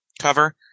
cover